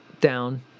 down